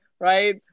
right